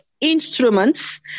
instruments